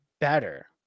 better